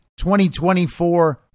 2024